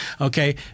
Okay